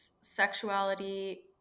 sexuality